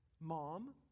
mom